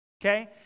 okay